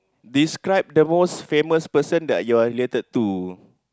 describe the most famous person that you are related to